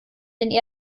den